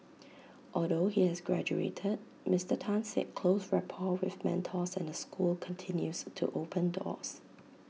although he has graduated Mister Tan said close rapport with mentors and the school continues to open doors